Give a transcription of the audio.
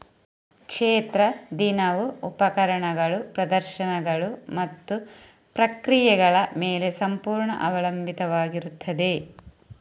ಕ್ಷೇತ್ರ ದಿನವು ಉಪಕರಣಗಳು, ಪ್ರದರ್ಶನಗಳು ಮತ್ತು ಪ್ರಕ್ರಿಯೆಗಳ ಮೇಲೆ ಸಂಪೂರ್ಣ ಅವಲಂಬಿತವಾಗಿರುತ್ತದೆ